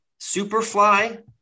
Superfly